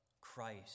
Christ